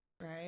right